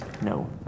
No